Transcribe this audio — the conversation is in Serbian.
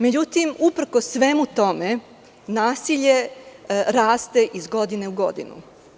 Međutim, uprkos svemu tome, nasilje raste iz godine u godinu.